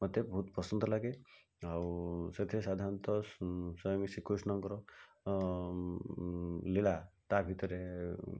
ମୋତେ ବହୁତ ପସନ୍ଦ ଲାଗେ ଆଉ ସେଥିରେ ସାଧାରଣତଃ ସ୍ୱୟଂ ଶ୍ରୀକୃଷ୍ଣଙ୍କର ଲୀଳା ତା ଭିତରେ